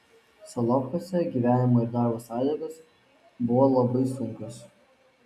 solovkuose gyvenimo ir darbo sąlygos buvo labai sunkios